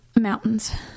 Mountains